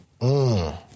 Mmm